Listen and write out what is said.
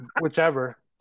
Whichever